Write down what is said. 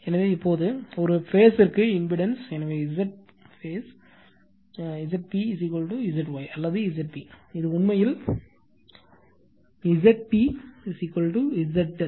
எனவே இப்போது ஒரு பேஸ் ற்கு இம்பெடன்ஸ் எனவே Zp Zphase Zy அல்லது Zp இது உண்மையில் Zp Zp Z Δ